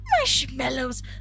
marshmallows